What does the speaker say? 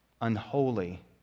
unholy